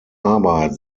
arbeit